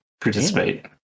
Participate